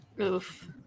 Oof